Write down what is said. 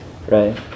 Right